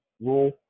rule